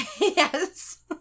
Yes